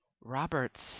Robert's